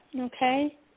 okay